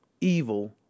evil